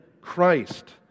Christ